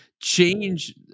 change